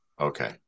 Okay